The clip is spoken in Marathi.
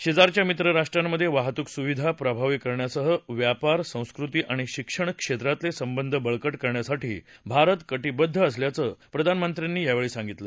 शेजारच्या मित्र राष्ट्रांमध्ये वाहतूक सुविधा प्रभावी करण्यासह व्यापार संस्कृती आणि शिक्षण क्षेत्रातले संबंध बळका करण्यासाठी भारत काि उद्ध असल्याचं प्रधानमंत्र्यांनी यावेळी सांगितलं